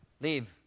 leave